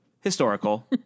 Historical